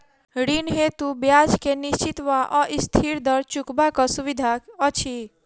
ऋण हेतु ब्याज केँ निश्चित वा अस्थिर दर चुनबाक सुविधा अछि